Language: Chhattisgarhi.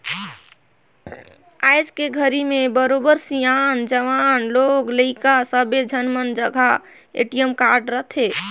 आयज के घरी में बरोबर सियान, जवान, लोग लइका सब्बे झन मन जघा ए.टी.एम कारड रथे